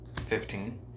Fifteen